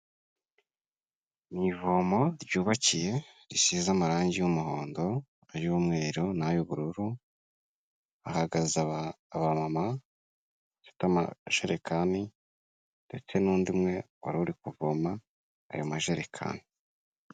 Mu ivomo ryubakiye risize amarangi y'umuhondo, ay'umweru n'ay'ubururu, hahagaze abamama bafite amajerekani ndetse n'undi umwe wari uri kuvoma ayo majerekani.